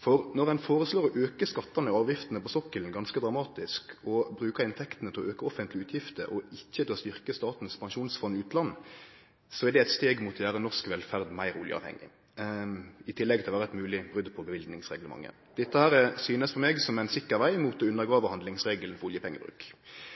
For når ein foreslår å auke skattane og avgiftene på sokkelen ganske dramatisk og bruke inntektene til å auke offentlege utgifter og ikkje til å styrkje Statens pensjonsfond utland, er det eit steg mot å gjere norsk velferd meir oljeavhengig, i tillegg til å vere eit mogleg brot på løyvingsreglementet. Dette synest for